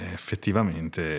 effettivamente